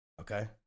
okay